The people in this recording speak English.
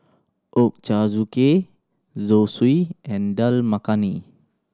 Ochazuke Zosui and Dal Makhani